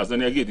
אז אני אגיד.